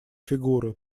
фигуры